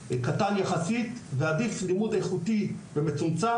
ועדיף לימוד איכותי ומצומצם מאשר הרבה.